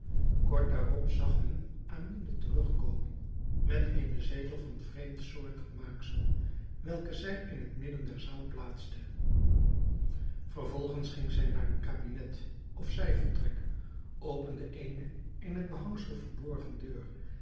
kort daarop zag men amine terugkomen met eenen zetel van vreemdsoortig maaksel welke zij in het midden der zaal plaatste vervolgens ging zij naar een kabinet of zijvertrek opende eene in het behangsel verborgen deur